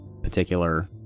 ...particular